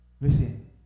Listen